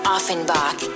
Offenbach